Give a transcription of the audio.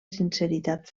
sinceritat